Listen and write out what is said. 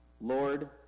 Lord